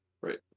Right